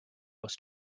was